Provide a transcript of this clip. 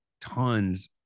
tons